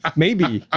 um maybe. ah